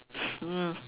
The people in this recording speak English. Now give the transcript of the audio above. mm